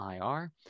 IR